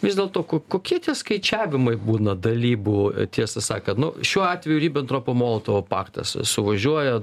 vis dėlto ko kokie tie skaičiavimai būna dalybų tiesą sakant nu šiuo atveju ribentropo molotovo paktas suvažiuoja